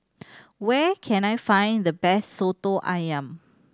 where can I find the best Soto Ayam